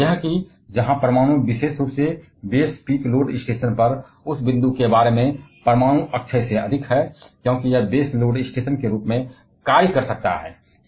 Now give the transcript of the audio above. और यह कि जहां परमाणु विशेष रूप से बेस पीक लोड स्टेशन पर उस बिंदु के बारे में परमाणु अक्षय से अधिक है क्योंकि यह बेस लोड स्टेशन के रूप में कार्य कर सकता है